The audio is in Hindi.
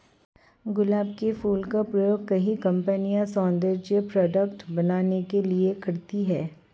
गुलाब के फूल का प्रयोग कई कंपनिया सौन्दर्य प्रोडेक्ट बनाने के लिए करती है